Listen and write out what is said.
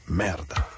merda